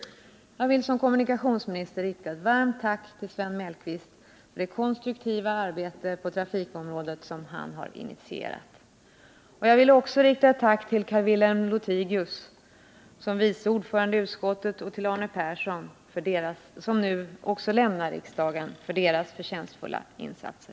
Jag vill såsom kommunikationsminister rikta ett varmt tack till Sven Mellqvist för det konstruktiva arbete på trafikområdet som han har initierat. Jag vill också rikta ett tack till Carl-Wilhelm Lothigius, såsom vice ordförande i utskottet, och till Arne Persson, som båda nu lämnar riksdagen, för deras förtjänstfulla insatser.